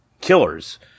Killers